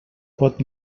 pot